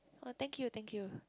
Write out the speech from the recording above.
oh thank you thank you